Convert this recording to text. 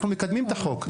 אנחנו מקדמים את החוק.